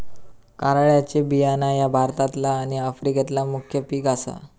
कारळ्याचे बियाणा ह्या भारतातला आणि आफ्रिकेतला मुख्य पिक आसा